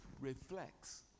reflects